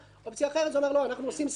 אפשרות אחרת: אנחנו עושים סדר.